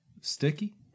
Sticky